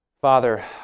Father